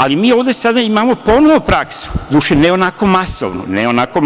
Ali, mi ovde sada imamo ponovo praksu, doduše ne onako